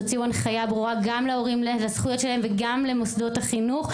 תוציאו הנחיה ברורה גם להורים על הזכויות שלהם וגם למוסדות החינוך,